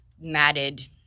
matted